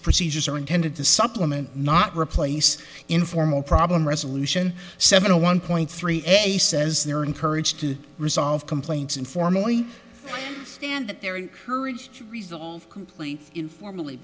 procedures are intended to supplement not replace informal problem resolution seven o one point three a says they're encouraged to resolve complaints informally stand that they're encouraged to resolve completely informally